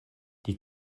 die